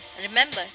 remember